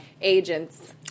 Agents